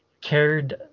cared